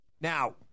Now